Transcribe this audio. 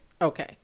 Okay